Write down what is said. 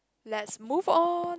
let's move on